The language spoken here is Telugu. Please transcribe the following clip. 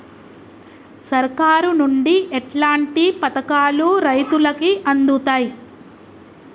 సర్కారు నుండి ఎట్లాంటి పథకాలు రైతులకి అందుతయ్?